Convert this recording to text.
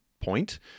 point